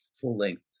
full-length